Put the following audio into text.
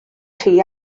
chi